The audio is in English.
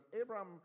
Abraham